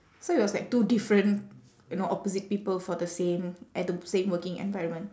so it was like two different you know opposite people for the same at the same working environment